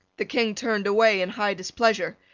the king turned away in high displeasure,